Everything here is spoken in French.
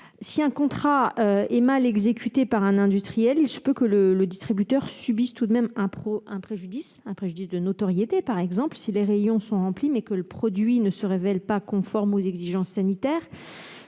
Si un contrat est mal exécuté par un industriel, il se peut que le distributeur subisse tout de même un préjudice, qui peut être de notoriété, par exemple, si les rayons sont remplis, mais que le produit ne se révèle pas conforme aux exigences sanitaires.